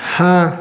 हाँ